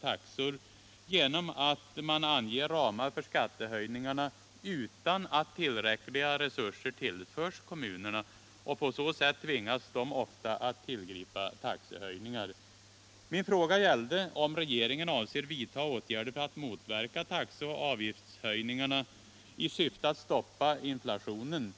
taxehöjningar genom att de anger ramar för skattehöjningarna utan att tillräckliga resurser tillförs kommunerna. På så sätt tvingas ofta kommunerna att tillgripa taxehöjningar. - Min fråga gällde om regeringen avser vidta åtgärder för att motverka taxeoch avgiftshöjningarna i syfte att stoppa inflationen.